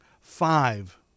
five